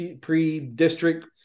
pre-district